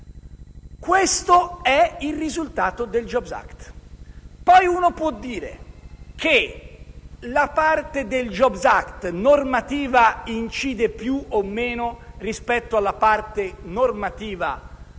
Questo è il risultato del *jobs act*. Poi uno può dire che la parte del *jobs act* normativa incide più o meno rispetto alla parte normativa